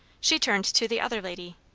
she turned to the other lady.